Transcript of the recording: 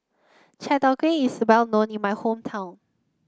Chai Tow Kway is well known in my hometown